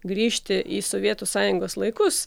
grįžti į sovietų sąjungos laikus